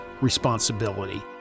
responsibility